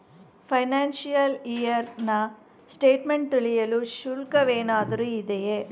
Financial year ನ statement ತಿಳಿಯಲು ಶುಲ್ಕವೇನಾದರೂ ಇದೆಯೇ?